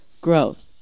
growth